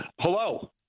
Hello